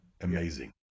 amazing